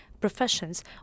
professions